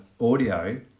audio